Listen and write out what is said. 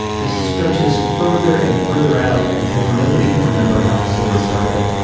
just stretches further and further out until nobody can remember how the story started.